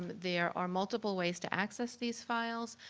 there are multiple ways to access these files.